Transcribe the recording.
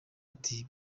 ati